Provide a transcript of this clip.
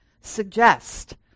suggest